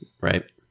Right